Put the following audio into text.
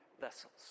vessels